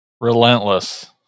Relentless